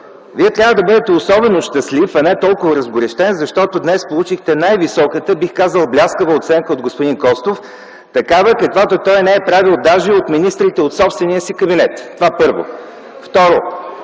Вие трябва да бъдете особено щастлив, а не толкова разгорещен, защото днес получихте най-високата, бих казал, бляскава оценка от господин Костов – такава, каквато той не е правил даже на министрите от собствения си кабинет. Това – първо. (Шум